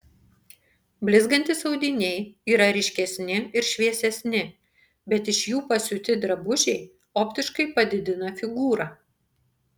blizgantys audiniai yra ryškesni ir šviesesni bet iš jų pasiūti drabužiai optiškai padidina figūrą